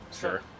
Sure